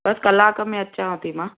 बसि कलाक में अचांव थी मां